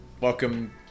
welcome